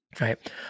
Right